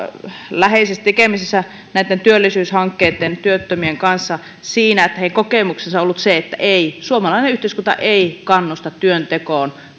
läheisissä tekemisissä näitten työllisyyshankkeitten ja työttömien kanssa ja heidän kokemuksensa on ollut se että ei suomalainen yhteiskunta ei kannusta työntekoon